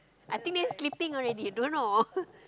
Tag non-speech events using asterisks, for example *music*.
I think they sleeping already don't know *laughs*